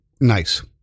nice